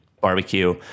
barbecue